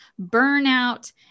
burnout